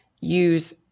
use